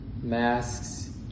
masks